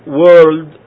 world